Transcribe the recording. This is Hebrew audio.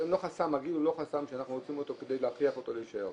הגיל הוא לא חסם שאנחנו רוצים כדי להכריח אותו להישאר,